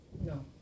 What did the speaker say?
No